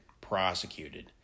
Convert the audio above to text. prosecuted